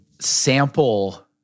sample